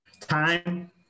Time